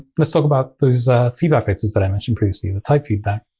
let's talk about those feedback fixes that i mentioned previously, the type feedback.